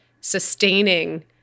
sustaining